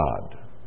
God